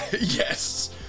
Yes